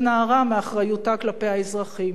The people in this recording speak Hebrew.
התנערה מאחריותה כלפי האזרחים.